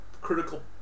critical